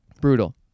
Brutal